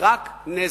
ורק נזק.